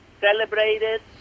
celebrated